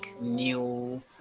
new